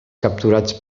capturats